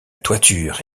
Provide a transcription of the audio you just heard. toiture